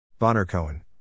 Bonner-Cohen